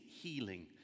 healing